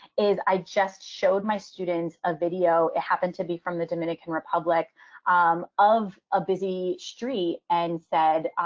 is i just showed my students a video. it happened to be from the dominican republic um of a busy street and said,